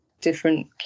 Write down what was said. different